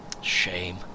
Shame